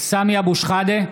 שחאדה,